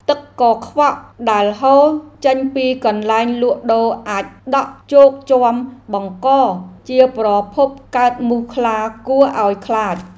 ទឹកកខ្វក់ដែលហូរចេញពីកន្លែងលក់ដូរអាចដក់ជោកជាំបង្កជាប្រភពកកើតមូសខ្លាគួរឱ្យខ្លាច។